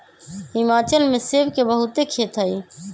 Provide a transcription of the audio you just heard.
हिमाचल में सेब के बहुते खेत हई